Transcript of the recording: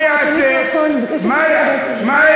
אני לא רוצה לסגור לך את המיקרופון.